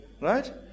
right